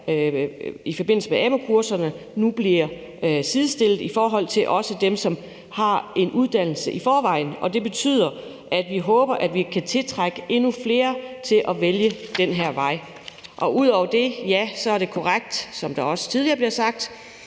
ufaglærte og faglærte nu bliver sidestillet, også i forhold til dem, der har en uddannelse i forvejen, og det betyder, at vi håber, at vi kan tiltrække endnu flere til at vælge den her vej Ud over det er det også korrekt, som det tidligere er blevet sagt,